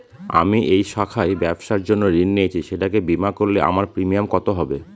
আমি এই শাখায় ব্যবসার জন্য ঋণ নিয়েছি সেটাকে বিমা করলে আমার প্রিমিয়াম কত হবে?